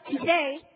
today